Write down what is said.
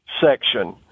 section